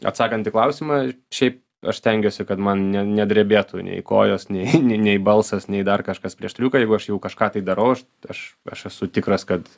atsakant į klausimą šiaip aš stengiuosi kad man ne nedrebėtų nei kojos nei nei nei balsas nei dar kažkas prieš triuką jeigu aš jau kažką tai darau aš aš aš esu tikras kad